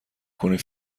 کنین